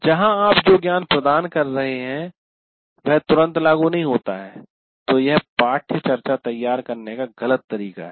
जहां आप जो ज्ञान प्रदान कर रहे हैं वह तुरंत लागू नहीं होता है तो यह पाठ्यचर्या तैयार करने का गलत तरीका है